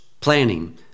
planning